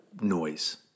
noise